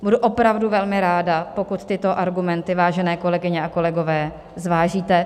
Budu opravdu velmi ráda, pokud tyto argumenty, vážené kolegyně a kolegové, zvážíte.